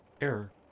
Error